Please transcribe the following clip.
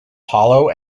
hollow